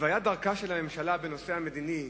התוויית דרכה של הממשלה בנושא המדיני,